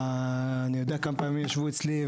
אני יודע כמה פעמים ישבו אצלי,